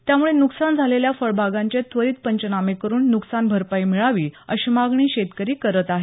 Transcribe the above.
त्यामुळे नुकसान झालेल्या फळबागांचे त्वरित पंचनामे करून नुकसान भरपाई मिळावी अशी मागणी शेतकरी करत आहेत